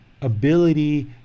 ability